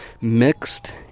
mixed